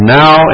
now